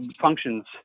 functions